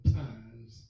times